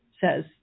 says